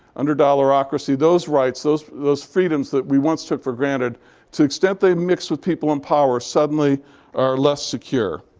under dollarocracy, those rights, those those freedoms that we once took for granted to the extent they mix with people in power, suddenly are less secure.